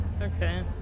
Okay